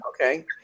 Okay